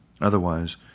Otherwise